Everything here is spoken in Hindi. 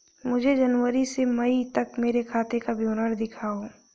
मुझे जनवरी से मई तक मेरे खाते का विवरण दिखाओ?